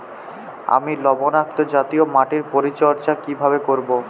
আমি লবণাক্ত জাতীয় মাটির পরিচর্যা কিভাবে করব?